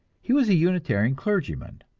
he was a unitarian clergyman,